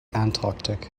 antarctic